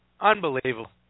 Unbelievable